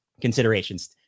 considerations